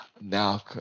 now